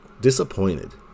disappointed